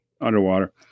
underwater